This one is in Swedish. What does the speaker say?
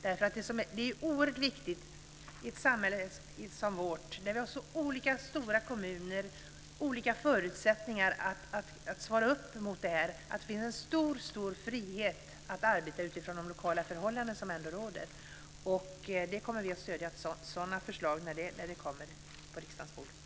Det är nämligen oerhört viktigt i ett samhälle som vårt, där vi har så olika stora kommuner och olika förutsättningar att svara upp emot detta, att det finns en mycket stor frihet att arbeta utifrån de lokala förhållanden som råder. Sådana förslag kommer vi att stödja när de kommer på riksdagens bord.